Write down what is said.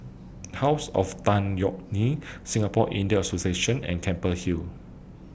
House of Tan Yeok Nee Singapore Indian Association and Keppel Hill